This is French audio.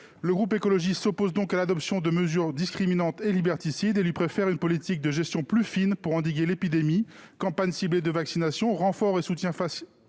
Le groupe écologiste s'oppose donc à l'adoption de mesures discriminantes et liberticides et préfère une gestion plus fine pour endiguer l'épidémie : campagne ciblée de vaccination, renfort et soutien financier